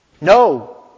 No